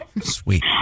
Sweet